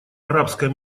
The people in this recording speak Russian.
арабском